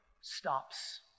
stops